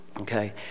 Okay